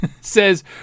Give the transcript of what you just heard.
Says